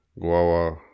guava